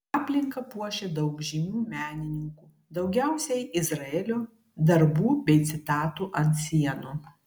aplinką puošia daug žymių menininkų daugiausiai izraelio darbų bei citatų ant sienų